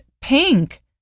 pink